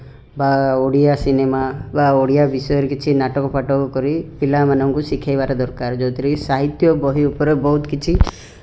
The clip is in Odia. ବା ଓଡ଼ିଆ ସିନେମା ବା ଓଡ଼ିଆ ବିଷୟରେ କିଛି ନାଟକଫାଟକ କରି ପିଲା ମାନଙ୍କୁ ଶିଖେଇବାର ଦରକାର ଯେଉଁଥିରେ କି ସାହିତ୍ୟ ବହି ଉପରେ ବହୁତ କିଛି